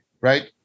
right